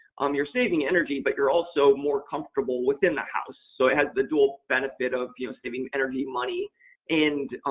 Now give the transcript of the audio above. um you're saving energy but you're also more comfortable within the house. so, it has the dual benefit of you know saving energy money and